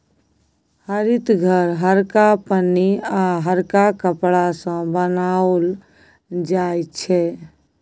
हरित घर हरका पन्नी आ हरका कपड़ा सँ बनाओल जाइ छै